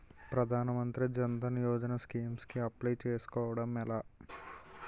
ప్రధాన మంత్రి జన్ ధన్ యోజన స్కీమ్స్ కి అప్లయ్ చేసుకోవడం ఎలా?